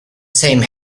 same